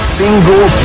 single